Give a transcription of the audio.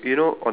bet